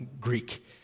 Greek